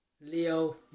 Leo